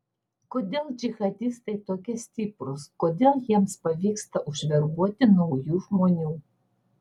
kodėl džihadistai tokie stiprūs kodėl jiems pavyksta užverbuoti naujų žmonių